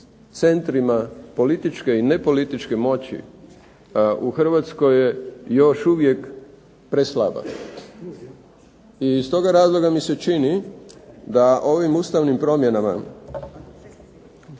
centrima političke i nepolitičke moći u Hrvatskoj je još uvijek preslaba. I iz toga razloga mi se čini da ovim ustavnim promjenama